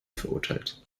verurteilt